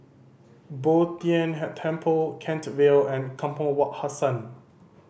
Bo Tien Temple Kent Vale and Kampong Wak Hassan